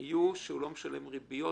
יהיו שהוא לא משלם ריביות,